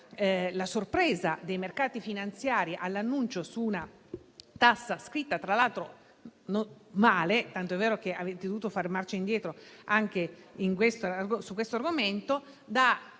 la sorpresa dei mercati finanziari all'annuncio di una tassa, scritta tra l'altro male, tant'è vero che avete dovuto fare marcia indietro anche su questo argomento,